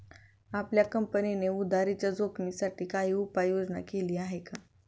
आपल्या कंपनीने उधारीच्या जोखिमीसाठी काही उपाययोजना केली आहे का?